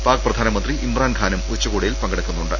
പാക് പ്രധാനമന്ത്രി ഇമ്രാൻഖാനും ഉച്ചകോടിയിൽ പങ്കെടുക്കുന്നുണ്ട്